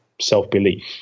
self-belief